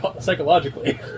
psychologically